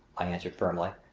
i answered firmly,